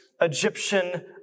Egyptian